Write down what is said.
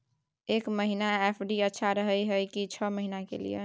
एक महीना एफ.डी अच्छा रहय हय की छः महीना के लिए?